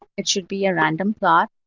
it should be a random plot.